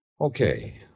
Okay